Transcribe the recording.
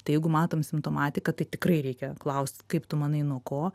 tai jeigu matom simptomatiką tai tikrai reikia klaust kaip tu manai nuo ko